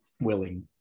willing